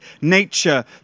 nature